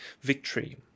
Victory